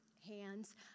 hands